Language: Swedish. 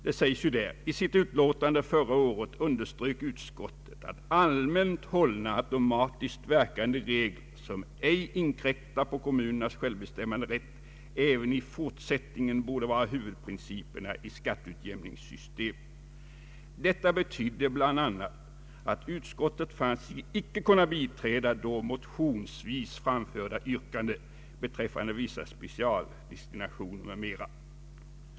Det sägs där: ”I sitt utlåtande förra året underströk utskottet att allmänt hållna automatiskt verkande regler som ej inkräktar på kommunernas självbestämmanderätt även i fortsättningen borde vara huvudprinciperna i skatteutjämningssystemet. Detta betyder bl.a. att utskottet fann sig inte kunna biträda då motionsvis framförda yrkanden beträffande vissa specialdestinationer m.m.